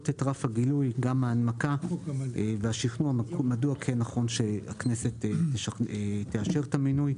את רף הגילוי וגם ההנמקה והשכנוע מדוע כן נכון שהכנסת תאשר את המינוי.